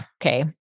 okay